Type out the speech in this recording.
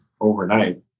overnight